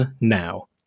now